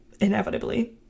inevitably